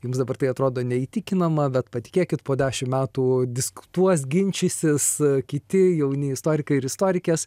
jums dabar tai atrodo neįtikinama bet patikėkit po dešimt metų diskutuos ginčysis kiti jauni istorikai ir istorikės